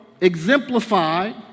exemplified